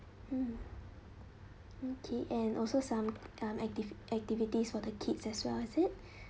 mm okay and also some um active activities for the kids as well is it